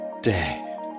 day